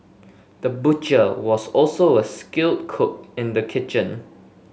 the butcher was also a skilled cook in the kitchen